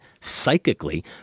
psychically